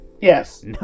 Yes